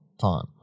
time